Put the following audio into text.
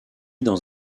dans